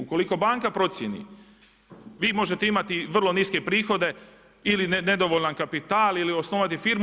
Ukoliko banka procijeni, vi možete imati vrlo niske prihode ili nedovoljan kapital ili osnovati firmu.